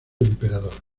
emperador